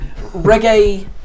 reggae